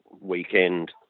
weekend